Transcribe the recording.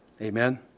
amen